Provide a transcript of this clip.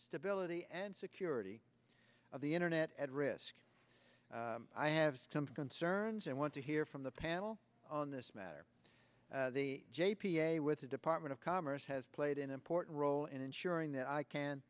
stability and security of the internet at risk i have some concerns and want to hear from the panel on this matter the j p a with the department of commerce has played an important role in ensuring that ican